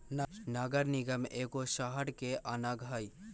नगर निगम एगो शहरके अङग हइ